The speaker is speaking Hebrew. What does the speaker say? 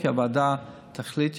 כי הוועדה תחליט,